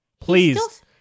Please